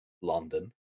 London